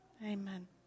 amen